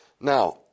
Now